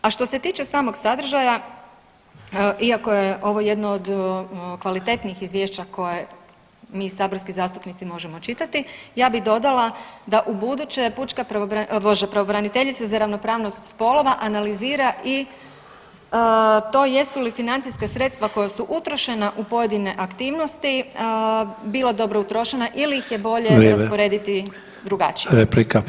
A što se tiče samog sadržaja iako je ovo jedno od kvalitetnijih izvješća koje mi saborski zastupnici možemo čitati, ja bih dodala da u buduće pučka, o bože pravobraniteljica za ravnopravnost spolova analizira i to jesu li financijska sredstva koja su utrošena u pojedine aktivnosti bilo dobro utrošena ili ih je bolje rasporediti drugačije.